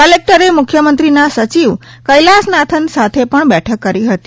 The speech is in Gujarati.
કલેક્ટરે મુખ્યમંત્રીના સચિવ કૈલાસનાથન સાથે પણ બેઠક કરી હતી